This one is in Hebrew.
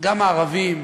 גם "ערבים",